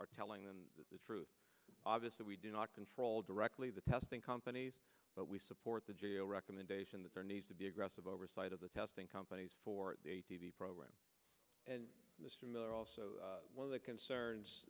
are telling them the truth obviously we do not control directly the testing companies but we support the g a o recommendation that there needs to be aggressive oversight of the testing companies for a t v program and mr miller also one of the concerns